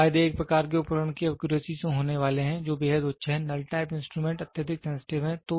तो फायदे एक प्रकार के उपकरण की एक्यूरेसी से होने वाले हैं जो बेहद उच्च है नल टाइप इंस्ट्रूमेंट अत्यधिक सेंसिटिव है